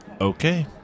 Okay